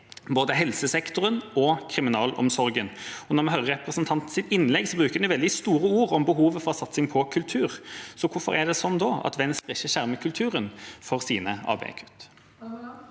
både helsesektoren og kriminalomsorgen. Når vi hører representantens innlegg, bruker han veldig store ord om behovet for satsing på kultur. Hvorfor er det da slik at Venstre ikke skjermer kulturen for sine ABE-kutt?